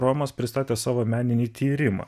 romas pristatė savo meninį tyrimą